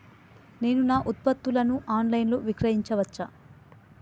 నేను నా ఉత్పత్తులను ఆన్ లైన్ లో విక్రయించచ్చా?